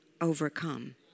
overcome